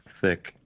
thick